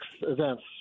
events